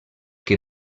que